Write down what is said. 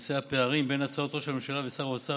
בנושא הפערים בין הצהרות ראש הממשלה ושר האוצר